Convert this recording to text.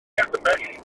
argymell